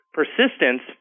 Persistence